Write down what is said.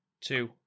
two